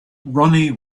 ronnie